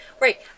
Right